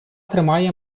тримає